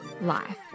life